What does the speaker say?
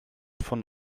von